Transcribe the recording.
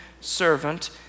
servant